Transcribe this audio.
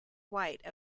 white